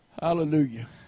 Hallelujah